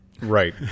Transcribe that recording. Right